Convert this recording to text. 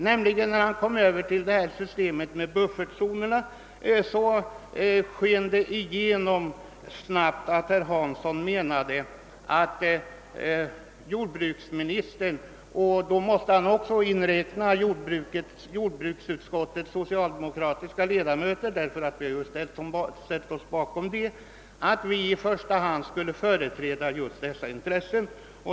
När herr Hansson talade om systemet med buffertzoner, sken det snabbt igenom att han menade att jordbruksminis tern — och därmed jordbruksutskottets socialdemokratiska ledamöter, eftersom vi har ställt oss bakom förslaget — i första hand skulle företräda importörernas intressen.